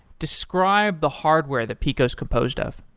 describe the hardware that peeqo is composed of.